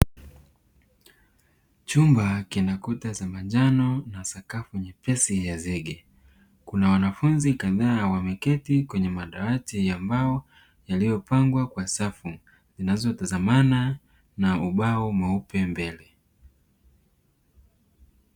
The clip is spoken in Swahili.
Chumba kina kuta za manjano na sakafu nyepesi ya zege. Kuna wanafunzi kadhaa, wameketi kwenye madawati ya mbao, yaliyopangwa kwa safu zinazotazamana na ubao mweupe mbele.